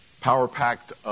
power-packed